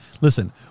Listen